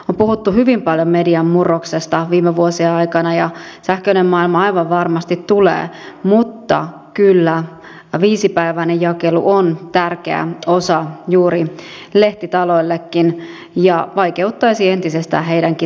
on puhuttu hyvin paljon median murroksesta viime vuosien aikana ja sähköinen maailma aivan varmasti tulee mutta kyllä viisipäiväinen jakelu on tärkeä osa lehtitaloillekin ja tämä vaikeuttaisi entisestään heidänkin toimintaansa